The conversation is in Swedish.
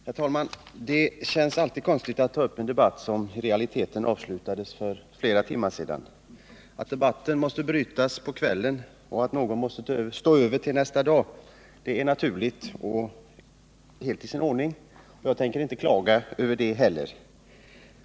Herr talman! Det känns alltid konstigt att ta upp en debatt som i realiteten avslutats för flera timmar sedan. Att debatten måste brytas på kvällen och att någon måste stå över till nästa dag är naturligt och helt i sin ordning. Jag tänker inte heller klaga över det.